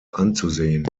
anzusehen